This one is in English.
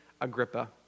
Agrippa